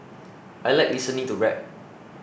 I like listening to rap